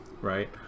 right